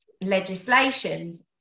legislations